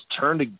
turned